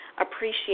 appreciate